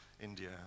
India